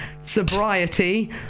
sobriety